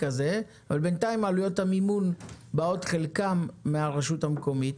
אבל בינתיים עלויות המימון באות בחלקן מהרשות המקומית,